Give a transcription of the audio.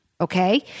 Okay